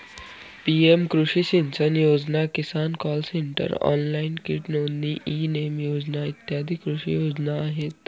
PM कृषी सिंचन योजना, किसान कॉल सेंटर, ऑनलाइन कीट नोंदणी, ई नेम योजना इ कृषी योजना आहेत